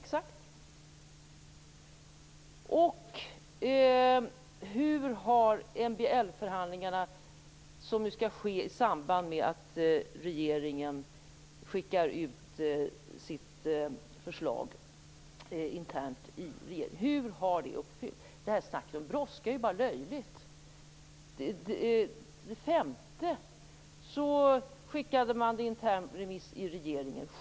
Hur har kravet på MBL förhandlingarna, som skall ske i samband med att regeringen skickar ut sitt förslag internt i regeringen, uppfyllts? Snacket om brådska är bara löjligt. Den 5 september skickade man en intern remiss i regeringen.